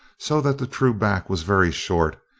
so that the true back was very short,